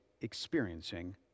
experiencing